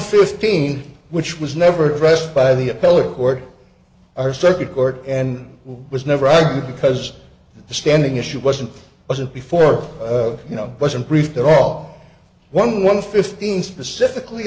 fifteen which was never addressed by the appellate court or circuit court and was never argued because the standing issue wasn't wasn't before you know wasn't briefed at all one one fifteen specifically